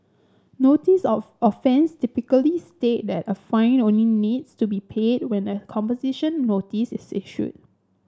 notice of offence typically state that a fine only needs to be paid when a composition notice is issued